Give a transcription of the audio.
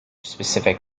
specific